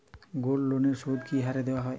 গোল্ডলোনের সুদ কি হারে দেওয়া হয়?